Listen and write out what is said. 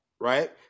right